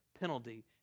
penalty